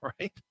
right